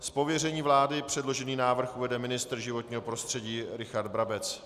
Z pověření vlády předložený návrh uvede ministr životního prostředí Richard Brabec.